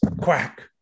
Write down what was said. Quack